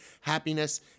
happiness